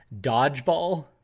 Dodgeball